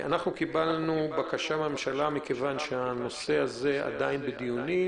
אנחנו קיבלנו בקשה מהממשלה מכיוון שהנושא הזה עדיין בדיונים,